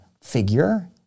figure